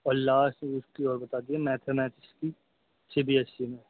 اور لاسٹ اس کی اور بتا دیجیے میتھامیٹکس کی سی بی ایس سی میں